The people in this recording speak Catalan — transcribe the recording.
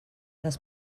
les